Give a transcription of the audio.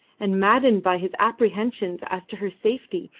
and maddened by his apprehensions as to her safety,